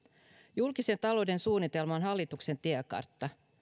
julkisen talouden suunnitelma on hallituksen tiekartta